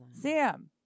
Sam